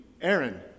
Aaron